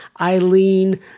Eileen